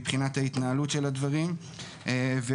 מבחינת ההתנהלות של הדברים ומבחינת